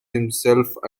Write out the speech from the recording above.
himself